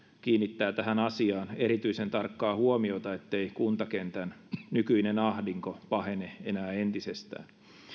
kiinnittää tähän asiaan erityisen tarkkaa huomiota ettei kuntakentän nykyinen ahdinko pahene enää entisestään